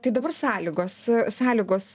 o tai dabar sąlygos sąlygos